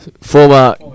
Former